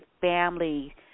family